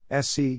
SC